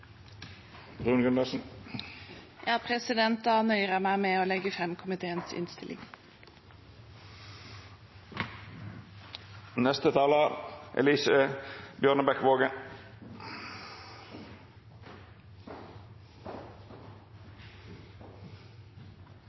nøyer meg med å legge fram komiteens